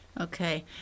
okay